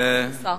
אדוני השר.